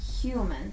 human